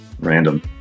random